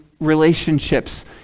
relationships